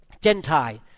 Gentile